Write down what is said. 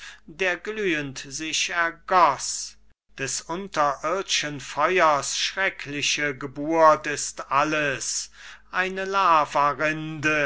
der glühend sich ergoß des unterird'schen feuers schreckliche geburt ist alles eine lavarinde